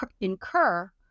incur